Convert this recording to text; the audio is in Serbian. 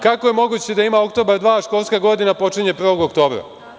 Kako je onda moguće da ima Oktobar dva, a školska godina počinje 1. oktobra?